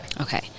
Okay